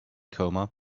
coma